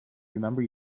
remember